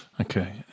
Okay